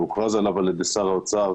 שהכריז עליו שר האוצר,